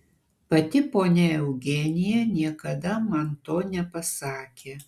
pati ponia eugenija niekada man to nepasakė